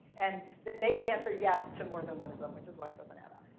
and they could answer yes to more than one of them. which is why it doesn't add up.